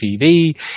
TV